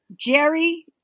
Jerry